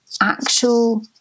actual